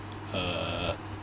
uh